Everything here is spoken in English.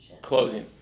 Closing